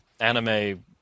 anime